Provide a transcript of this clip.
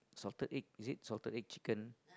salted egg is it salted egg chicken